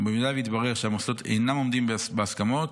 ובמידה שיתברר שהמוסדות אינם עומדים בהסכמות,